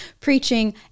preaching